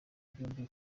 byombi